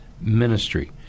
ministry